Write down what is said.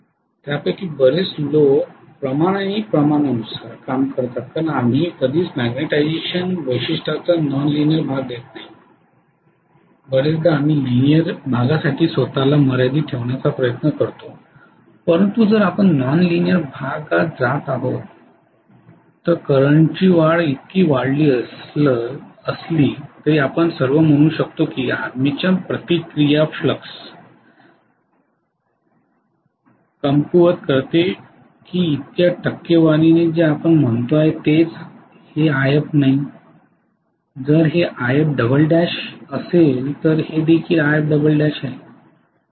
त्यापैकी बरेच लोक प्रमाण आणि प्रमाणानुसार काम करतात कारण आम्ही कधीच मॅग्निटायझेशन वैशिष्ट्याचा नॉन लिनियर भाग देत नाही बर्याचदा आम्ही लिनियर भागासाठी स्वत ला मर्यादित ठेवण्याचा प्रयत्न करतो परंतु जर आपण नॉन लिनियर भागात जात आहोत करंटची वाढ इतकी वाढली असलं तरी आपण सर्व म्हणू शकतो की आर्मेचर प्रतिक्रिया फ्लक्स कमकुवत करते की इतक्या टक्केवारीने जे आपण म्हणतो तेच हे If नाही जर हे Ifll असेल तर हे देखील Ifll आहे